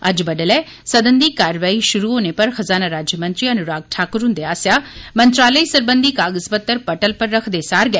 अज्ज बड्डलै सदन दी कार्यवाही शुरु होने पर खज़ाना राज्यमंत्री अनुराग ठाक्र ह्न्दे आसेया मंत्रालय सरबंधी कागज़ पत्र पटल पर रक्खदे सार गै